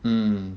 mm